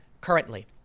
currently